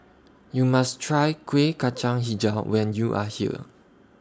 YOU must Try Kuih Kacang Hijau when YOU Are here